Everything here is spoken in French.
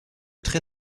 très